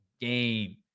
game